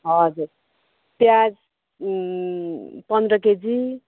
हजुर प्याज पन्ध्र केजी